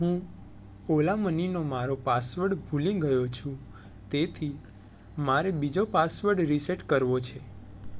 હું ઓલા મનીનો મારો પાસવડ ભૂલી ગયો છું તેથી મારે બીજો પાસવડ રીસેટ કરવો છે